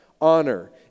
honor